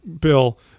Bill